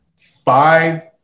Five